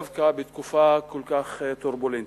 דווקא בתקופה כל כך טורבולנטית.